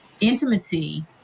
intimacy